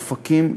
אופקים,